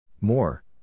More